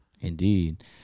Indeed